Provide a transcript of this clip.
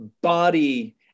body